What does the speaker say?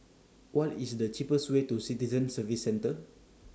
What IS The cheapest Way to Citizen Services Centre